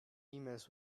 emails